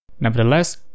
Nevertheless